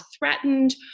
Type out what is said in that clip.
threatened